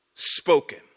Spoken